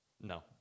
No